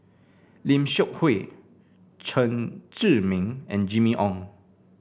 Lim Seok Hui Chen Zhiming and Jimmy Ong